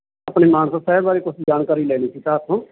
ਆਪਣੇ ਮਾਨਸਾ ਸ਼ਹਿਰ ਬਾਰੇ ਕੁਛ ਜਾਣਕਾਰੀ ਲੈਣੀ ਸੀ ਤੁਹਾਤੋਂ